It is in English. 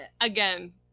Again